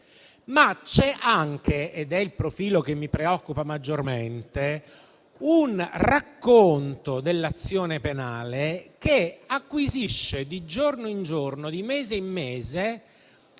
Ma c'è anche - ed è il profilo che mi preoccupa maggiormente - un racconto dell'azione penale che acquisisce, di giorno in giorno, di mese in mese,